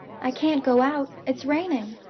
i can't go out, it's raining.